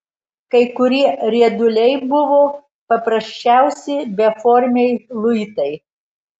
kai kurie rieduliai buvo paprasčiausi beformiai luitai